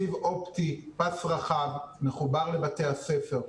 סיב אופטי, פס רחב מחובר לבתי הספר,